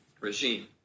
regime